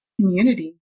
community